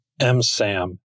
MSAM